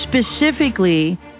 specifically